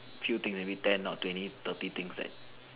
few things maybe ten or twenty thirty things that